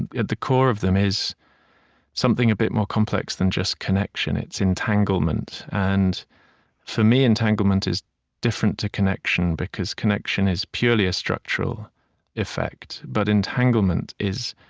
at the core of them is something a bit more complex than just connection. it's entanglement. and for me, entanglement is different to connection, because connection is purely a structural effect. but entanglement is,